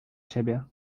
siebie